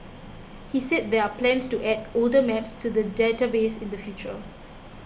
he said there are plans to add older maps to the database in the future